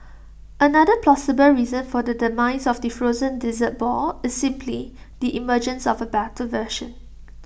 another plausible reason for the demise of the frozen dessert ball is simply the emergence of A better version